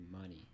money